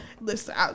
listen